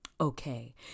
okay